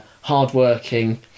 hard-working